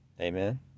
amen